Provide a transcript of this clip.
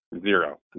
Zero